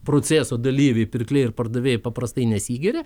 proceso dalyviai pirkliai ir pardavėjai paprastai nesigiria